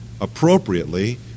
appropriately